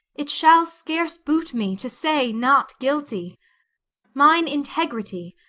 it shall scarce boot me to say not guilty mine integrity,